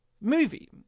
movie